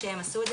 כשהם עשו את זה,